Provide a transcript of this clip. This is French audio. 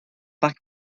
parc